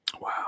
wow